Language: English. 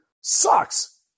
sucks